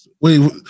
Wait